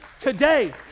today